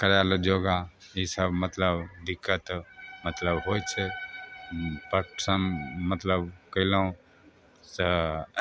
करय लए योगा ईसब मतलब दिक्कत मतलब होइ छै फट सन मतलब केलहुॅं से